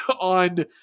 on